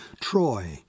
Troy